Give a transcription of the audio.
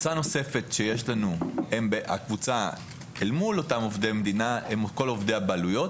קבוצה נוספת שיש לנו אל מול אותם עובדי המדינה הם כל עובדי הבעלויות,